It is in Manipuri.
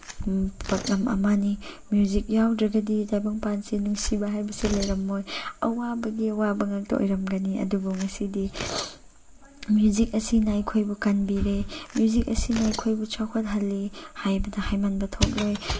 ꯄꯣꯠꯂꯝ ꯑꯃꯅꯤ ꯃ꯭ꯌꯨꯖꯤꯛ ꯌꯥꯎꯗ꯭ꯔꯒꯗꯤ ꯇꯥꯏꯕꯪꯄꯥꯟꯁꯦ ꯅꯨꯡꯁꯤꯕ ꯍꯥꯏꯕꯁꯦ ꯂꯩꯔꯝꯃꯣꯏ ꯑꯋꯥꯕꯒꯤ ꯑꯋꯥꯕ ꯉꯥꯇ ꯑꯣꯏꯔꯝꯒꯅꯤ ꯑꯗꯨꯕꯨ ꯉꯁꯤꯗꯤ ꯃ꯭ꯌꯨꯖꯤꯛ ꯑꯁꯤꯅ ꯑꯩꯈꯣꯏꯕꯨ ꯀꯟꯕꯤꯔꯦ ꯃ꯭ꯌꯨꯖꯤꯛ ꯑꯁꯤꯅ ꯑꯩꯈꯣꯏꯕꯨ ꯆꯥꯎꯈꯠꯍꯜꯂꯤ ꯍꯥꯏꯕꯗ ꯍꯥꯏꯃꯟꯕ ꯊꯣꯛꯂꯣꯏ